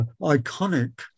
iconic